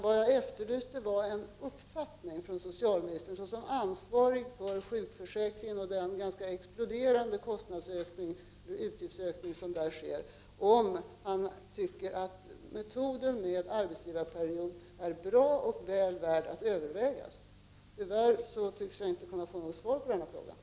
Vad jag efterlyste var socialministerns uppfattning. Han är ju ansvarig för sjukförsäkringen och den exploderande utgiftsökning som pågår. Jag vill veta om han tycker att metoden arbetsgivarperiod är bra och väl värd att övervägas. Tyvärr tycks jag inte kunna få något svar på den frågan.